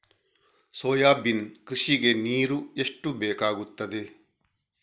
Soybean ಕೃಷಿಗೆ ನೀರು ಎಷ್ಟು ಬೇಕಾಗುತ್ತದೆ?